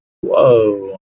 whoa